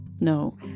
No